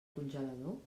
congelador